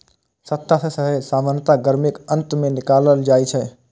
छत्ता सं शहद सामान्यतः गर्मीक अंत मे निकालल जाइ छै